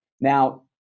Now